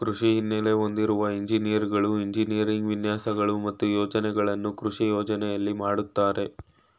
ಕೃಷಿ ಹಿನ್ನೆಲೆ ಹೊಂದಿರುವ ಎಂಜಿನಿಯರ್ಗಳು ಎಂಜಿನಿಯರಿಂಗ್ ವಿನ್ಯಾಸಗಳು ಮತ್ತು ಯೋಜನೆಗಳನ್ನು ಕೃಷಿ ಯೋಜನೆಯಲ್ಲಿ ಮಾಡ್ತರೆ